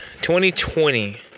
2020